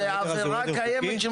העדר הזה הוא עדר חוקי?